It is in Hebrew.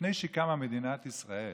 שלפני שקמה מדינת ישראל